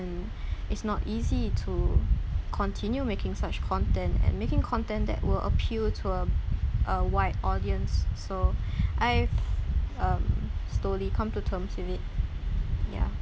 and it's not easy to continue making such content and making content that will appeal to a a wide audience so I've um slowly come to terms with it ya